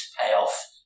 payoff